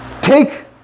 Take